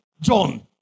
John